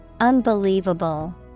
Unbelievable